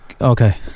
okay